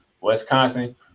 Wisconsin